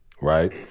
right